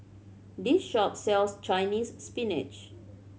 this shop sells Chinese Spinach